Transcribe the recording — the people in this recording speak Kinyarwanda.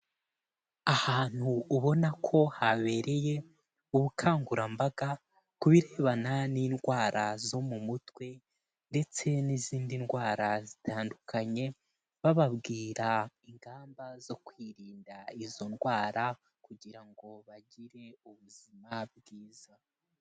Ahantu ubona ko habereye ubukangurambaga ku birebana n'indwara zo mu mutwe, ndetse n'izindi ndwara zitandukanye, bababwira ingamba zo kwirinda izo ndwara, kugira ngo bagire ubuzima bwiza.